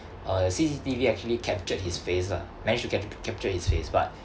a C_C_T_V actually captured his face lah managed to cap~ capture his face but